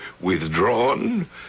withdrawn